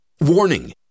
Warning